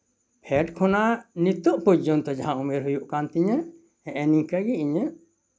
ᱯᱷᱮᱰ ᱠ ᱷᱚᱱᱟᱜ ᱱᱤᱛᱚᱜ ᱯᱚᱨᱡᱚᱱᱛᱚ ᱡᱟᱦᱟᱸ ᱩᱢᱮᱨ ᱦᱩᱭᱩᱜ ᱠᱟᱱ ᱛᱤᱧᱟᱹ ᱦᱮᱸᱜᱼᱮ ᱱᱤᱝᱠᱟᱹᱜᱮ ᱤᱧᱟᱹᱜ